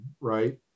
right